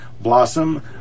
Blossom